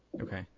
Okay